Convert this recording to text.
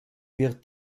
wird